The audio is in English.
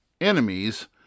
enemies